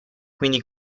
quindi